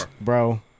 Bro